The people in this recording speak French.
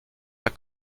pas